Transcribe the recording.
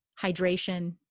hydration